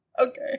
okay